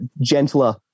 gentler